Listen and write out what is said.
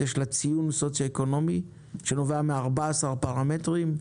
ציון סוציו-אקונומי שנובע מ-14 פרמטרים,